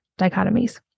dichotomies